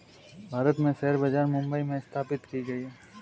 भारत में शेयर बाजार मुम्बई में स्थापित की गयी है